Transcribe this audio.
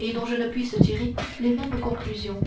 et dont je ne puisse tirer les mêmes conclusions